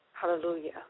Hallelujah